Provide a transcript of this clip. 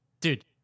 Dude